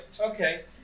okay